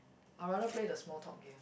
I'll rather play the small talk game